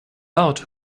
out